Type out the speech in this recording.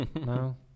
No